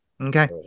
okay